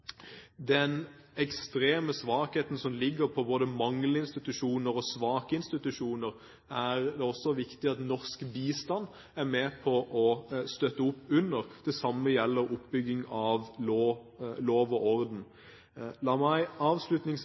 den ekstreme svakheten som ligger i både manglende institusjoner og svake institusjoner, er det også viktig at norsk bistand er med på å støtte opp. Det samme gjelder oppbygging av lov og orden. La meg avslutningsvis